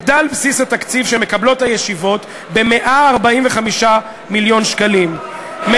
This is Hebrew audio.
הוגדל בסיס התקציב שמקבלות הישיבות ב-145 מיליון שקלים".